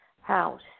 house